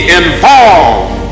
involved